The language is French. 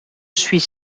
suis